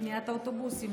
לקניית האוטובוסים,